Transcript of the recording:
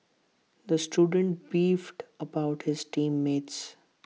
the student beefed about his team mates